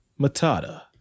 Matata